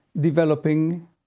developing